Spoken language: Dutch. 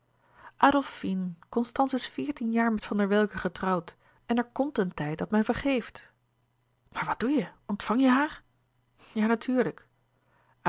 constance is veertien jaar met van der welcke getrouwd en er komt een tijd dat men vergeeft maar wat doê je ontvang je haar ja natuurlijk